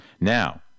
Now